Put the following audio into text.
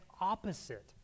opposite